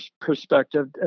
perspective